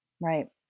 Right